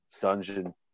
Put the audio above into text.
dungeon